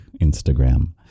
Instagram